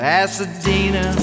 Pasadena